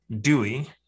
Dewey